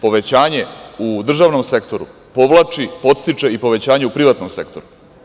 Povećanje u državnom sektoru povlači, podstiče i povećanje u privatnom sektoru.